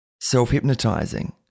self-hypnotizing